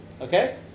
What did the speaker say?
Okay